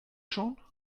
schon